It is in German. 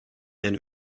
den